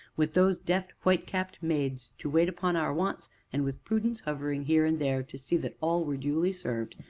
with those deft, whitecapped maids to wait upon our wants, and with prudence hovering here and there to see that all were duly served,